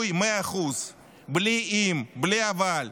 100% פיצוי, בלי אם, בלי אבל.